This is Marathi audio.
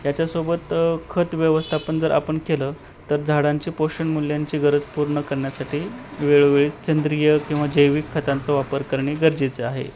याच्यासोबत खत व्यवस्था पण जर आपण केलं तर झाडांची पोषण मूल्यांची गरज पूर्ण करण्यासाठी वेळोवेळी सेंद्रिय किंवा जैविक खतांचा वापर करणे गरजेचं आहे